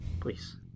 Please